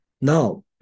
Now